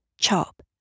chop